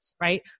right